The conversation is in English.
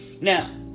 Now